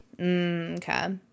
Okay